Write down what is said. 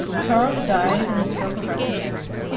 charles died, and the struggle recommenced.